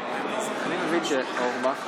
החוק לא התקבלה.